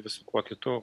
viskuo kitu